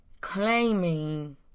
claiming